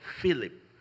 Philip